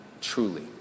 truly